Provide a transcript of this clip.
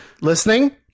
listening